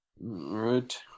right